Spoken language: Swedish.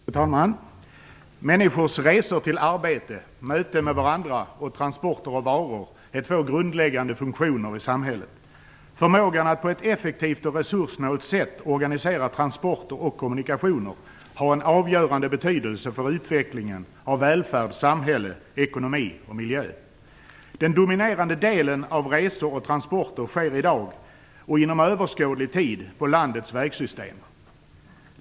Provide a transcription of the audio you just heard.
Fru talman! Människors resor till arbete, möten med varandra och transporter av varor är grundläggande funktioner i samhället. Förmågan att på ett effektivt och resurssnålt sätt organisera transporter och kommunikationer har en avgörande betydelse för utvecklingen av välfärd, samhälle, ekonomi och miljö. Den dominerande delen av resor och transporter sker i dag, och inom överskådlig tid, på landets vägsystem.